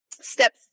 step